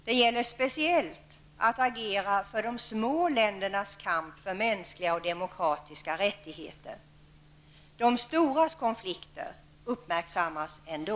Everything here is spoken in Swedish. Det gäller speciellt att agera för de små ländernas kamp för mänskliga och demokratiska rättigheter. De storas konflikter uppmärksammas ändå.